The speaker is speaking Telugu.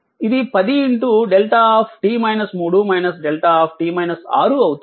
ఇది 10 δ δ అవుతుంది